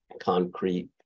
concrete